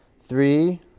three